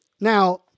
Now